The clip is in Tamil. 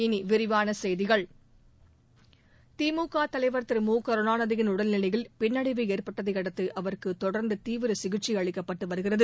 இனி விரிவான செய்திகள் திமுக தலைவர் திரு மு கருணாநிதியின் உடல்நிலையில் பின்னடைவு ஏற்பட்டதையடுத்து அவருக்கு தொடர்ந்து தீவிர சிகிச்சை அளிக்கப்பட்டு வருகிறது